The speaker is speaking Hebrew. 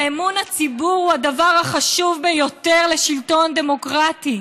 ואמון הציבור הוא הדבר החשוב ביותר בשלטון דמוקרטי,